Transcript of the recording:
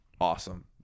awesome